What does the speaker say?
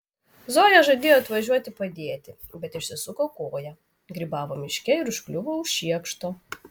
zoja žadėjo atvažiuoti padėti bet išsisuko koją grybavo miške ir užkliuvo už šiekšto